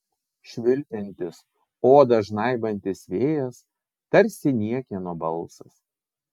švilpiantis odą žnaibantis vėjas tarsi niekieno balsas